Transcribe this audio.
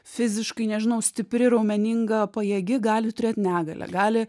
fiziškai nežinau stipri raumeninga pajėgi gali turėt negalią gali